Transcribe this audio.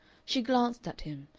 she glanced at him,